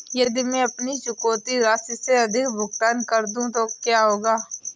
यदि मैं अपनी चुकौती राशि से अधिक भुगतान कर दूं तो क्या होगा?